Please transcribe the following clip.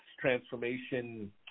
transformation